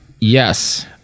Yes